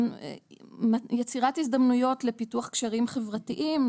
יצירת הזדמנויות לפיתוח קשרים חברתיים,